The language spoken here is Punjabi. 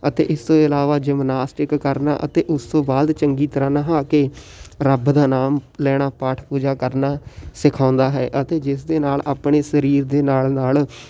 ਅਤੇ ਇਸ ਤੋਂ ਇਲਾਵਾ ਜਿਮਨਾਸਟਿਕ ਕਰਨਾ ਅਤੇ ਉਸ ਤੋਂ ਬਾਅਦ ਚੰਗੀ ਤਰ੍ਹਾਂ ਨਹਾ ਕੇ ਰੱਬ ਦਾ ਨਾਮ ਲੈਣਾ ਪਾਠ ਪੂਜਾ ਕਰਨਾ ਸਿਖਾਉਂਦਾ ਹੈ ਅਤੇ ਜਿਸ ਦੇ ਨਾਲ ਆਪਣੇ ਸਰੀਰ ਦੇ ਨਾਲ ਨਾਲ